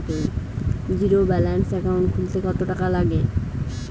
Zero balance account খুলতে কত টাকা লাগে?